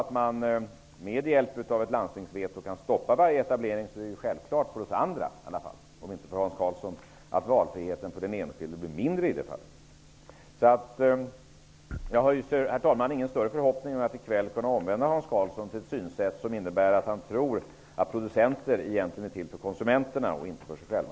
Om det med hjälp av ett landstingsveto går att stoppa varje etablering är det självklart för oss andra, om inte för Hans Karlsson, att valfriheten för den enskilde i det fallet blir mindre. Herr talman! Jag har ingen större förhoppning om att i kväll kunna omvända Hans Karlsson till ett synsätt som innebär att han tror att producenter egentligen är till för konsumenterna och inte för sig själva.